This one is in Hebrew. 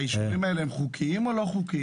היישובים האלה הם חוקיים או לא חוקיים?